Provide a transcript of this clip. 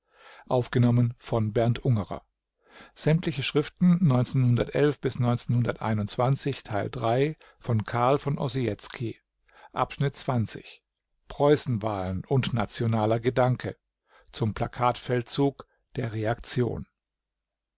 von preußenwahlen und nationaler gedanke zum plakatfeldzug der reaktion